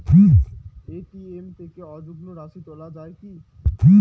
ATM থেকে অযুগ্ম রাশি তোলা য়ায় কি?